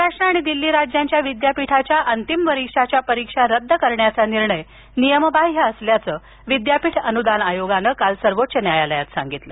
महाराष्ट्र आणि दिल्ली राज्यांचा विद्यापीठाच्या अंतिम वर्षाच्या परीक्षा रद्द करण्याचा निर्णय नियमबाह्य असल्याचं विद्यापीठ अनुदान आयोगानं काल सर्वोच्च न्यायालयात सांगितलं